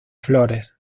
flores